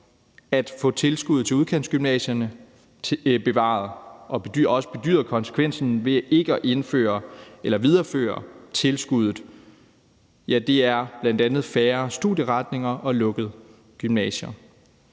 at få tilskuddet til udkantsgymnasierne bevaret, og de har også bedyret konsekvensen ved ikke at videreføre tilskuddet. Det er bl.a. færre studieretninger og lukkede gymnasier.